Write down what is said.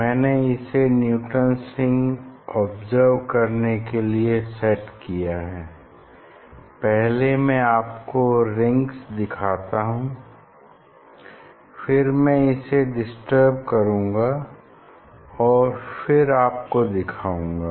मैंने इसे Newton's rings observe करने के लिए सेट किया है पहले मैं आपको रिंग्स दिखाता हूँ फिर मैं इसे डिस्टर्ब करूँगा और फिर आपको दिखाऊंगा